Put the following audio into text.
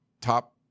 top